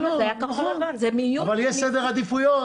נכון, אבל יש סדר עדיפויות.